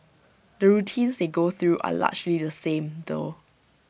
the routines they go through are largely the same though